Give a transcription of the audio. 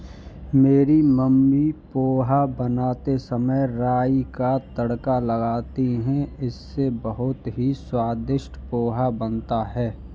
मेरी मम्मी पोहा बनाते समय राई का तड़का लगाती हैं इससे बहुत ही स्वादिष्ट पोहा बनता है